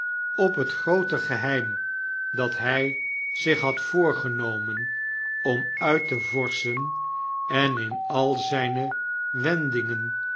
op het groote geheim dat hy zich had voorgenomen om uit te vorschen en in al zyne wendingen